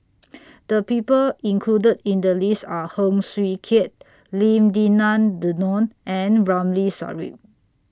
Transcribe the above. The People included in The list Are Heng Swee Keat Lim Denan Denon and Ramli Sarip